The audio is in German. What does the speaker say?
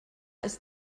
ist